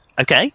Okay